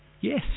Yes